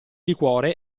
liquore